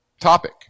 topic